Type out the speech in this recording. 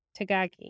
tagaki